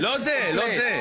לא זה,